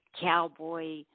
cowboy